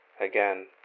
Again